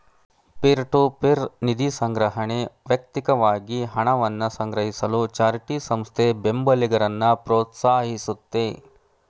peer to peer ನಿಧಿಸಂಗ್ರಹಣೆ ವ್ಯಕ್ತಿಕವಾಗಿ ಹಣವನ್ನ ಸಂಗ್ರಹಿಸಲು ಚಾರಿಟಿ ಸಂಸ್ಥೆ ಬೆಂಬಲಿಗರನ್ನ ಪ್ರೋತ್ಸಾಹಿಸುತ್ತೆ